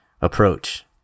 approach